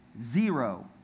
Zero